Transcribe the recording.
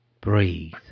Breathe